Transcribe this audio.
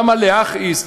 למה להכעיס?